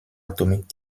atomique